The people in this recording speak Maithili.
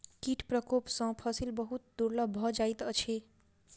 कीट प्रकोप सॅ फसिल बहुत दुर्बल भ जाइत अछि